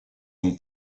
mon